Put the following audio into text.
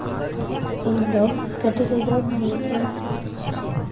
ᱤᱧᱫᱚ ᱠᱟᱹᱴᱤᱡ ᱨᱮᱫᱚ ᱢᱤᱫᱴᱮᱱ